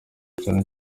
cyane